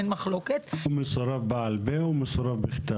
אין מחלוקת --- הוא מסורב בעל פה או בכתב?